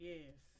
Yes